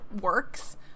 works